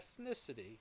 ethnicity